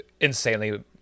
insanely